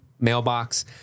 mailbox